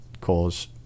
cause